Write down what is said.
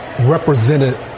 represented